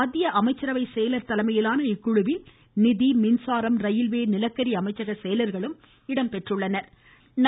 மத்திய அமைச்சரவை செயலர் தலைமையிலான இக்குழுவில் நிதி மின்சாரம் ரயில்வே நிலக்கரி அமைச்சக செயலர்களும் இடமபெற்றுள்ளனர்